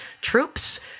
troops